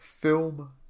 film